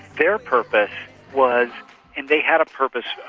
their purpose was, if they had a purpose,